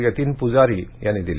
यतीन प्जारी यांनी दिली